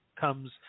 comes